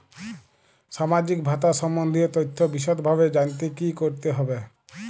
সামাজিক ভাতা সম্বন্ধীয় তথ্য বিষদভাবে জানতে কী করতে হবে?